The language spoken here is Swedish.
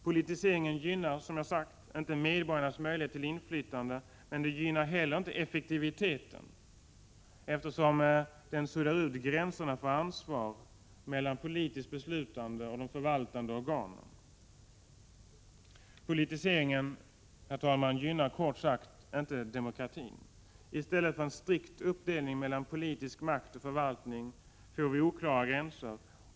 Politiseringen gynnar, som jag sagt, inte medborgarnas möjlighet till inflytande, och den gynnar inte heller effektiveten eftersom den suddar ut gränserna för ansvar mellan de politiskt beslutande och de förvaltande organen. Politiseringen, herr talman, gynnar kort sagt inte demokratin. I stället för en strikt uppdelning mellan politisk makt och förvaltning får vi oklara gränser.